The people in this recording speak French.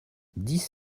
dix